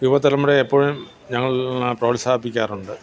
യുവതലമുറയെ എപ്പോഴും ഞങ്ങൾ പ്രോത്സാഹിപ്പിക്കാറുണ്ട്